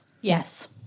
Yes